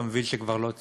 אתה מבין שכבר לא תקבל,